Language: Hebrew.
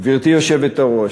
גברתי היושבת-ראש,